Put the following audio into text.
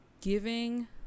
giving